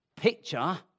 picture